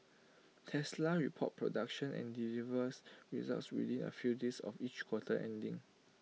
Tesla reports production and delivers results within A few days of each quarter ending